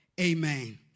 Amen